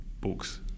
books